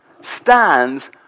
stands